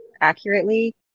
accurately